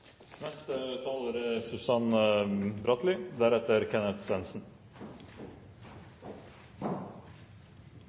Neste taler er